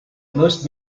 most